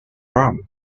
rum